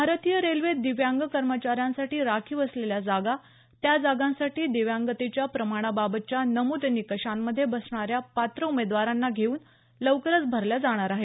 भारतीय रेल्वेत दिव्यांग कर्मचाऱ्यांसाठी राखीव असलेल्या जागा त्या जागांसाठी दिव्यांगतेच्या प्रमाणाबाबतच्या नमूद निकषांमध्ये बसणाऱ्या पात्र उमेदवारांना घेऊन लवकरच भरल्या जाणार आहेत